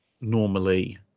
normally